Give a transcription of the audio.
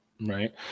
right